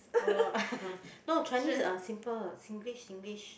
!wah! no Chinese uh simple Singlish Singlish